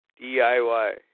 DIY